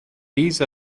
these